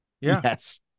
Yes